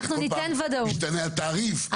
בכל פעם משתנה התעריף,